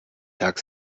tag